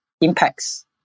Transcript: impacts